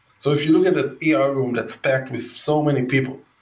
so if you look at the yeah er room, that's packed with so many people.